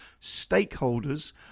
stakeholders